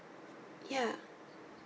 ya